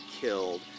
killed